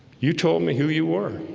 you told me who you were